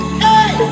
hey